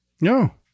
No